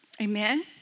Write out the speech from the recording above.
Amen